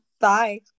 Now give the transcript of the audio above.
Bye